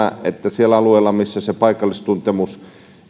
että siellä alueilla missä se paikallistuntemus ei